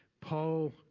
Paul